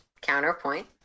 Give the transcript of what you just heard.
Counterpoint